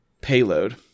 Payload